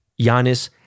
Giannis